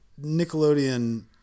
Nickelodeon